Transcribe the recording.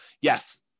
yes